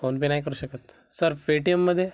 PhonePe नाही करू शकत सर पेटीएममध्ये